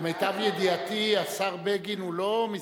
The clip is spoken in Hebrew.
למיטב ידיעתי השר בגין הוא לא מזרחי.